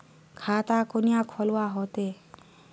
खाता कुनियाँ खोलवा होते?